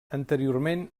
anteriorment